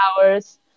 hours